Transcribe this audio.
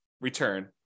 return